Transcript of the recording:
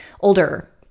older